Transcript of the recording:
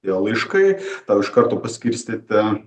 jo laiškai tau iš karto paskirstyta